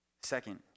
Second